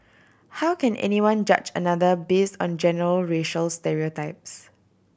how can anyone judge another base on general racial stereotypes